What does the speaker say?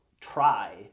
try